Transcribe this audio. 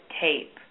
tape